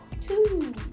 Two